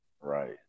right